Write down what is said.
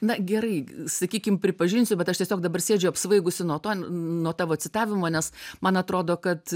na gerai sakykim pripažinsiu bet aš tiesiog dabar sėdžiu apsvaigusi nuo to nuo tavo citavimo nes man atrodo kad